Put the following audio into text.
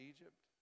Egypt